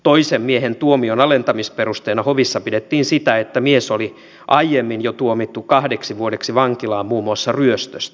toisen miehen tuomion alentamisperusteena hovissa pidettiin sitä että mies oli aiemmin jo tuomittu kahdeksi vuodeksi vankilaan muun muassa ryöstöstä